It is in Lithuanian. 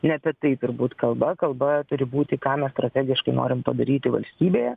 ne apie tai turbūt kalba kalba turi būti ką mes strategiškai norim padaryti valstybėje